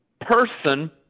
person